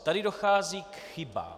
Tady dochází k chybám.